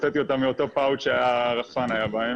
הוצאתי אותן מאותו פאוץ' שהרחפן היה בו.